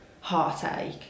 heartache